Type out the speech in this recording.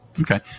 Okay